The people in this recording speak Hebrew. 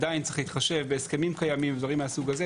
עדיין צריך להתחשב בהסכמים קיימים ובדברים מהסוג הזה.